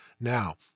Now